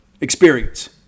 experience